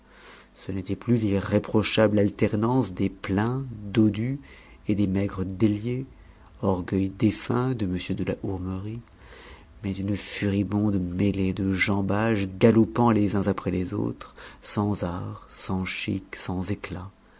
ce n'était plus l'irréprochable alternance des pleins dodus et des maigres déliés orgueil défunt de m de la hourmerie mais une furibonde mêlée de jambages galopant les uns après les autres sans art sans chic sans éclat